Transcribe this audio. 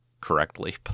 correctly